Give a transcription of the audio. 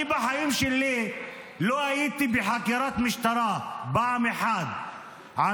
אני לא הייתי בחקירת משטרה פעם אחת בחיים שלי.